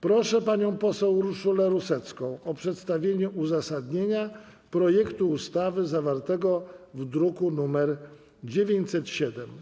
Proszę panią poseł Urszulę Rusecką o przedstawienie uzasadnienia projektu ustawy zawartego w druku nr 907.